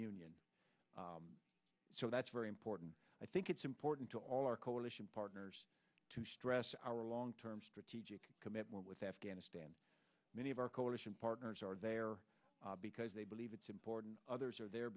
union so that's very important i think it's important to all our coalition partners to stress our long term strategic commitment with afghanistan many of our coalition partners are there because they believe it's important others are there